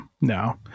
No